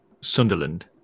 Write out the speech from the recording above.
Sunderland